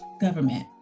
government